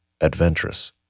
adventurous